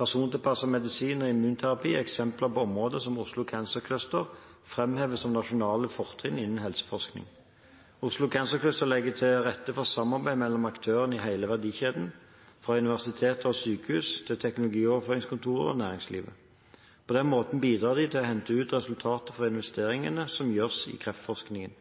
Persontilpasset medisin og immunterapi er eksempler på områder som Oslo Cancer Cluster framhever som nasjonale fortrinn innen helseforskning. Oslo Cancer Cluster legger til rette for samarbeid mellom aktører i hele verdikjeden – fra universiteter og sykehus til teknologioverføringskontorer og næringslivet. På den måten bidrar de til å hente ut resultater fra investeringene som gjøres i kreftforskningen.